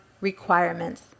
requirements